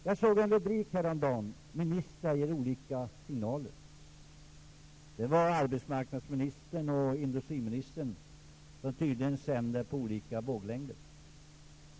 Jag såg en rubrik häromdagen: ''Ministrar ger olika signaler''. Det gällde arbetsmarknadsministern och industriministern som tydligen sänder på olika våglängder.